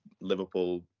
Liverpool